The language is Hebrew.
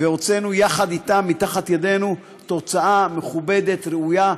והוצאנו יחד אתם מתחת ידינו תוצאה מכובדת וראויה.